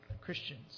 Christians